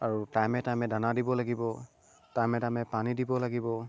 আৰু টাইমে টাইমে দানা দিব লাগিব টাইমে টাইমে পানী দিব লাগিব